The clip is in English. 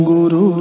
Guru